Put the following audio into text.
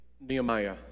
Nehemiah